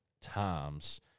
times